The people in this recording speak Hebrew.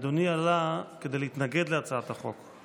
אדוני עלה כדי להתנגד להצעת החוק.